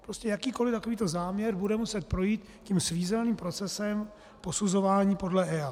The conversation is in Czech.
Prostě jakýkoli takovýto záměr bude muset projít tím svízelným procesem posuzování podle EIA.